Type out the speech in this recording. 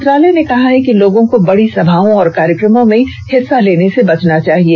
मंत्रालय ने कहा है कि लोगों को बड़ी सभाओं और कार्यक्रमों में हिस्सा लेने से बचना चाहिए